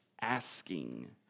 asking